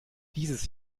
dieses